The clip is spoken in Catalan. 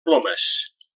plomes